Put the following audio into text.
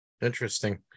interesting